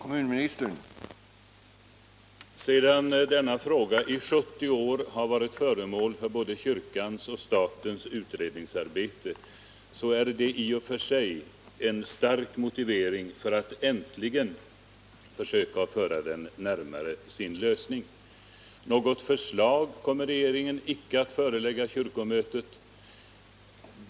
Herr talman! Då denna fråga i 70 år har varit föremål för både kyrkans och statens utredningsarbete är detta i och för sig en stark motivering för att äntligen försöka föra den närmare sin lösning. Något förslag kommer regeringen icke att förelägga kyrkomötet.